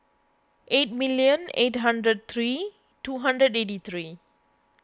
eight million eight hundred three two hundred eighty three